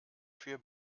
für